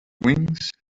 wings